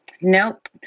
Nope